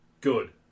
Good